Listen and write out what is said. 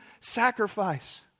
sacrifice